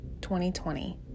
2020